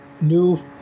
new